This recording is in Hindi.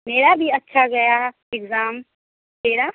मेरा भी अच्छा गया इग्ज़ाम तेरा